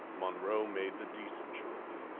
monroe made the decent choice.